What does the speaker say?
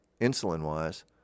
insulin-wise